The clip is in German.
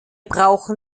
brauchen